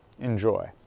enjoy